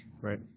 Right